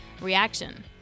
reaction